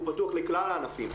הוא פתוח לכלל הענפים.